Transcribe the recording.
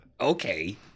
okay